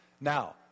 now